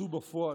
הוצאו בפועל.